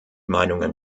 meinungen